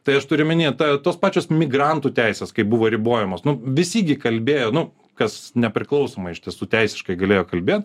tai aš turiu minėt tos pačios migrantų teises kaip buvo ribojamas nu visi gi kalbėjo nu kas nepriklausomai iš tiesų teisiškai galėjo kalbėt